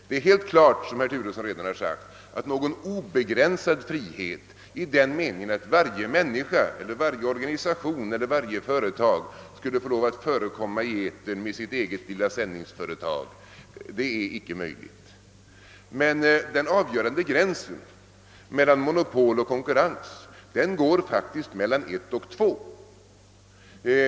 Det är helt klart, som herr Turesson redan sagt, att någon obegsänsad frihet i den meningen, att varje människa eller varje organisation eller varje företag skulle få lov att förekomma i etern med sitt eget lilla sändningsföretag, inte är möjlig, men den avgörande gränsen mellan monopol och konkurrens går faktiskt mellan ett och två.